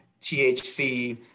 THC